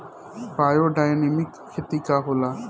Biodynamic खेती का होला?